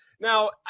Now